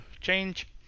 change